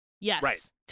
Yes